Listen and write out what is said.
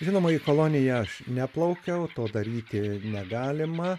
žinoma į koloniją aš neplaukiau to daryti negalima